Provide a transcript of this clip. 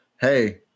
hey